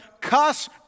cuss